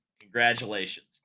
Congratulations